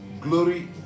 glory